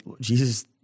Jesus